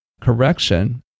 correction